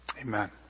Amen